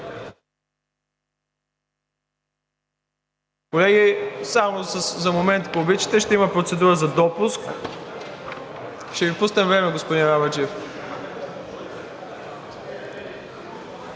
Колеги, само за момент, ако обичате – ще има процедура за допуск. Ще Ви пуснем време, господин Арабаджиев.